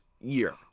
year